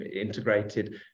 integrated